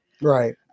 Right